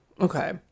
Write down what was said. Okay